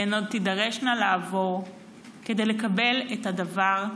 הן עוד תידרשנה לעבור כדי לקבל את הדבר הטריוויאלי,